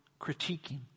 critiquing